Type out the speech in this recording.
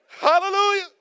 Hallelujah